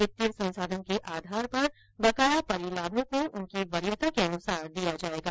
वित्तीय संसाधन के आधार पर बकाया परिलाभों को उनकी वरीयता के अनुसार दिया जायेगा